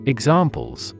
Examples